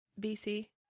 BC